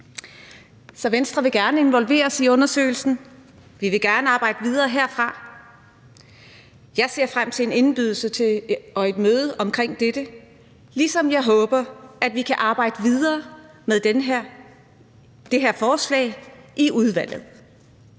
Så Venstre vil gerne involveres i undersøgelsen. Vi vil gerne arbejde videre herfra. Jeg ser frem til en indbydelse til et møde omkring dette, ligesom jeg håber, at vi kan arbejde videre med det her forslag i udvalget.